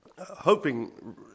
hoping